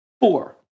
Four